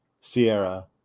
Sierra